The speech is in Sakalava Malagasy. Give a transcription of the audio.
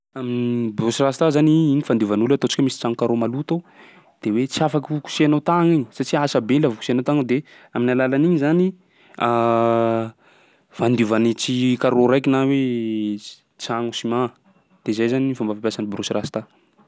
Borosy rasta zany igny fandiovan'olo ataontsika hoe misy tsagno carreaux maloto ao de hoe tsy afaky ho kosehinao tagna iny satsia asa be laha vao kosehana tagna de amin'ny alalan'igny zany fandiova ny tsi- carreau raiky na hoe si- tsagno siman. De zay zany ny fomba fampiasà ny borosy rasta.